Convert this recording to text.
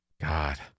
God